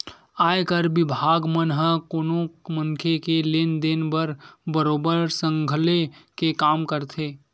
आयकर बिभाग मन ह कोनो मनखे के लेन देन ल बरोबर खंघाले के काम करथे